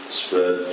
spread